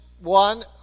one